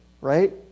right